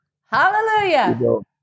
Hallelujah